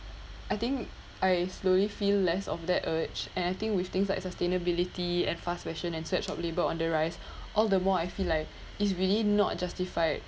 I think I slowly feel less of that urge and I think with things like sustainability and fast fashion and surge of labour on the rise all the more I feel like it's really not justified